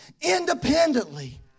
independently